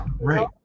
right